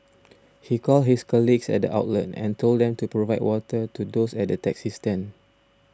he called his colleagues at the outlet and told them to provide water to those at the taxi stand